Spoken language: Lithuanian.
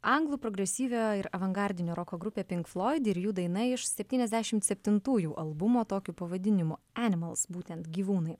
anglų progresyviojo ir avangardinio roko grupė pink floid ir jų daina iš septyniasdešimt septintųjų albumo tokiu pavadinimu enimals būtent gyvūnai